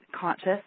conscious